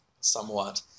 somewhat